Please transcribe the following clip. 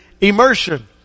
immersion